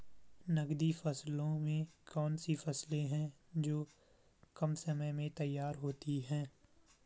नकदी फसलों में कौन सी फसलें है जो कम समय में तैयार होती हैं?